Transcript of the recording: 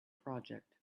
project